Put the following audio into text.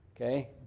Okay